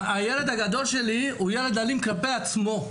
הילד הגדול שלי הוא ילד אלים כלפי עצמו.